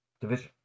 division